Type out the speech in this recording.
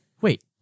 Wait